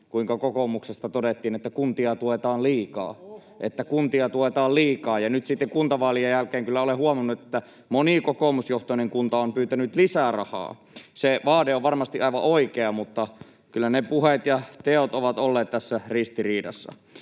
liikaa [Välihuuto] — että kuntia tuetaan liikaa — ja nyt sitten kuntavaalien jälkeen olen kyllä huomannut, että moni kokoomusjohtoinen kunta on pyytänyt lisää rahaa. Se vaade on varmasti aivan oikea, mutta kyllä ne puheet ja teot ovat olleet tässä ristiriidassa.